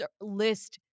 list